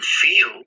feel